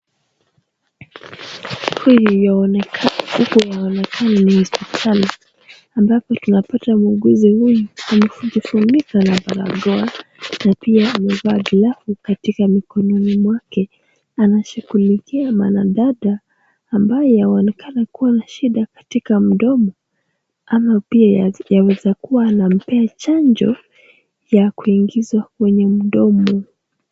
Hii yaonekana ni hospitali, ambapo tunapata muuguzi huyu amejifunika na barakoa na pia amevaa glavu katika mikononi mwake, anashughulikia mwanadada ambaye yanaonekana kuwa na shida katika mdomo ama pia yaweza kuwa anampea chanjo ya kuingizwa kwenye mdomo.